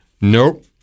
Nope